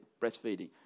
breastfeeding